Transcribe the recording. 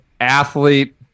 athlete